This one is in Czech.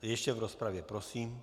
Ještě v rozpravě, prosím.